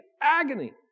agony